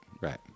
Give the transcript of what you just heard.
right